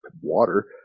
water